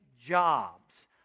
jobs